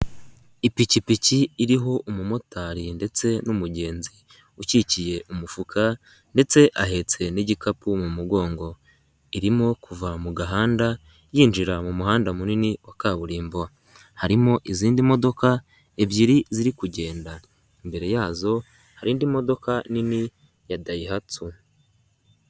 Ipikipiki iriho umumotari ndetse n'umugenzi ukikiye umufuka ndetse ahetse n'igikapu mu mugongo. Irimo kuva mu gahanda yinjira mu muhanda munini wa kaburimbo. Harimo izindi modoka ebyiri ziri kugenda. Imbere yazo hari indi modoka nini ya dayihatsu.